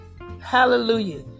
Hallelujah